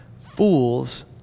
Fools